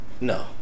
No